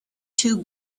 two